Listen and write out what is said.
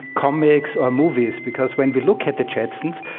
comics or movies, because when we look at the jetsons,